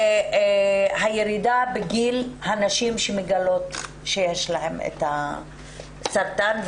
הירידה בגיל הנשים שמגלות שיש להן את הסרטן,